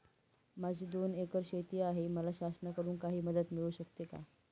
माझी दोन एकर शेती आहे, मला शासनाकडून काही मदत मिळू शकते का?